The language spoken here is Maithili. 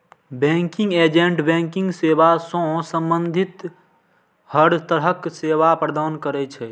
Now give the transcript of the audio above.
बैंकिंग एजेंट बैंकिंग सेवा सं संबंधित हर तरहक सेवा प्रदान करै छै